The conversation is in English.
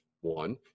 one